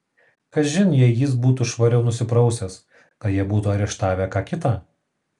kažin jei jis būtų švariau nusiprausęs gal jie būtų areštavę ką kitą